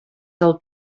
del